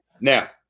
Now